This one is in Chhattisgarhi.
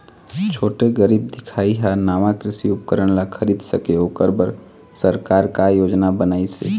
छोटे गरीब दिखाही हा नावा कृषि उपकरण ला खरीद सके ओकर बर सरकार का योजना बनाइसे?